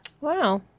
Wow